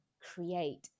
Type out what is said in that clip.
create